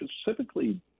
specifically